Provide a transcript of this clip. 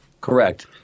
Correct